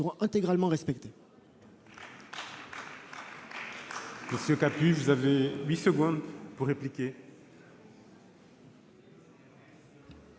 seront intégralement respectés.